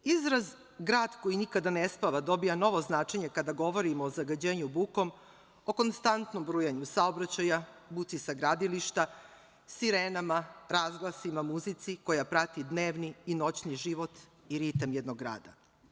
Izraz „grad koji nikada ne spava“ dobija novo značenje kada govorimo o zagađenju bukom, o konstantnom brujanju saobraćaja, buci sa gradilišta, sirenama, razglasima, muzici koja prati dnevni i noćni život i ritam jednog grada.